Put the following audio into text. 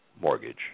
mortgage